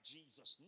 Jesus